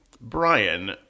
Brian